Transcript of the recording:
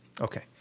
Okay